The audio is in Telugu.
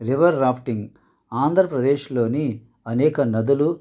రివర్ రాఫ్టింగ్ ఆంధ్రప్రదేశ్లోని అనేక నదులు